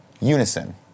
unison